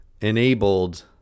enabled